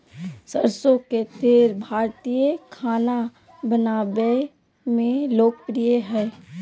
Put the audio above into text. सरसो के तेल भारतीय खाना बनावय मे लोकप्रिय हइ